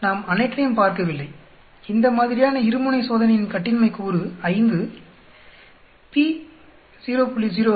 நாம் அனைற்றையும் பார்க்கவில்லை இந்த மாதிரியான இருமுனை சோதனையின் கட்டின்மை கூறு 5 p 0